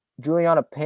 Juliana